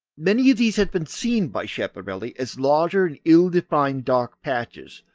many of these had been seen by schiaparelli as larger and ill-defined dark patches,